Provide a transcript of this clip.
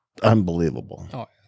Unbelievable